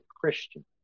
Christian